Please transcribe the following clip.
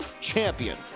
champion